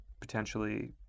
potentially